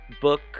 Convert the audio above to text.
book